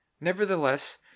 Nevertheless